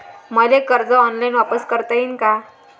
मले कर्ज ऑनलाईन वापिस करता येईन का?